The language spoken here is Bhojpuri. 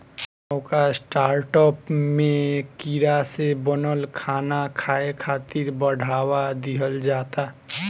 नवका स्टार्टअप में कीड़ा से बनल खाना खाए खातिर बढ़ावा दिहल जाता